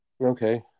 Okay